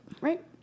Right